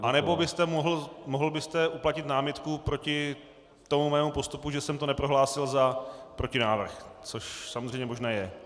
Nebo byste mohl uplatnit námitku proti mému postupu, že jsem to neprohlásil za protinávrh, což samozřejmě možné je.